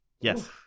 Yes